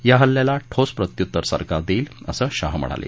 या हल्ल्याला ठोस प्रत्युत्तर सरकार देईल असं शहा म्हणाले